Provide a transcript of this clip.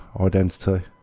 Identity